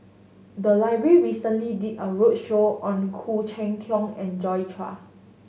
the library recently did a roadshow on Khoo Cheng Tiong and Joi Chua